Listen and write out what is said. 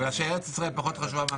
כי ארץ ישראל פחות חשובה?